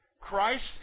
Christ